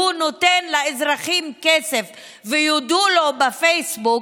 נותן לאזרחים כסף ויודו לו בפייסבוק,